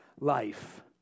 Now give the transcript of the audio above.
life